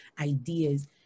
ideas